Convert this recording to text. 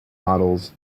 models